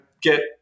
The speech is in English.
get